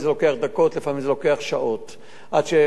לפעמים זה לוקח שעות עד שמנסים לאתר,